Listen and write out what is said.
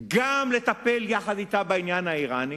גם לטפל יחד אתה בעניין האירני,